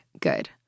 good